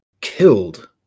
killed